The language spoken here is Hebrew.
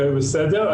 בסדר.